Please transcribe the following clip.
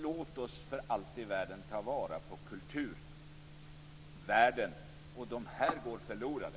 Låt oss för allt i världen ta vara på kulturvärden! De här går förlorade.